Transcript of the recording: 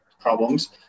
problems